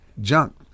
junk